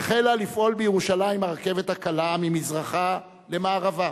החלה לפעול בירושלים הרכבת הקלה ממזרחה למערבה,